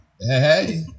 Hey